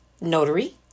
notary